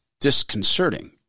disconcerting